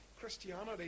Christianity